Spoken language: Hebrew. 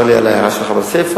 צר לי על ההערה שלך בסיפא,